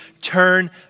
turn